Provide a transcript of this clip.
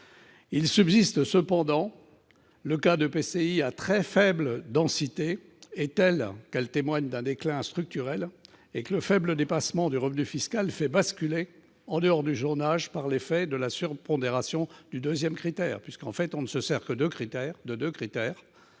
Il subsiste cependant le cas d'EPCI à très faible densité, telle qu'elle témoigne d'un déclin structurel, que le faible dépassement du revenu fiscal fait basculer en dehors du zonage par l'effet de la surpondération du deuxième critère. En réalité, on ne se sert que de deux critères